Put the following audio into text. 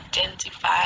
identify